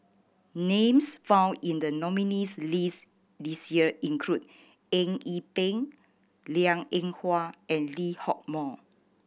names found in the nominees' list this year include Eng Yee Peng Liang Eng Hwa and Lee Hock Moh